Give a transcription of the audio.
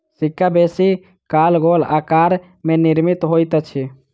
सिक्का बेसी काल गोल आकार में निर्मित होइत अछि